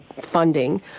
funding